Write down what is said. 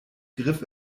griff